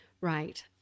Right